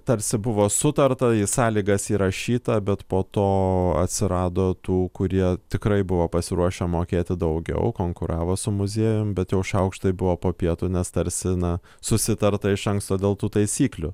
tarsi buvo sutarta į sąlygas įrašyta bet po to atsirado tų kurie tikrai buvo pasiruošę mokėti daugiau konkuravo su muziejum bet jau šaukštai buvo po pietų nes tarsi na susitarta iš anksto dėl tų taisyklių